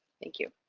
thank you.